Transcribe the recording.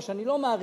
מה שאני לא מעריך,